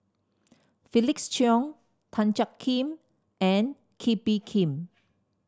Felix Cheong Tan Jiak Kim and Kee Bee Khim